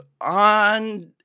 on